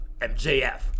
mjf